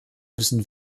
müssen